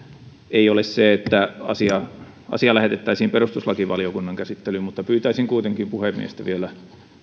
ei ole se että asia lähetettäisiin perustuslakivaliokunnan käsittelyyn mutta pyytäisin kuitenkin puhemiestä vielä